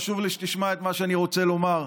חשוב לי שתשמע את מה שאני רוצה לומר,